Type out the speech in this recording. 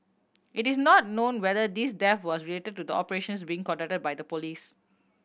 it is not known whether this death was related to the operations being conducted by the police